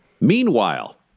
Meanwhile